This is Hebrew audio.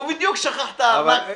הוא בדיוק שכח את הארנק.